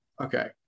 okay